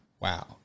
Wow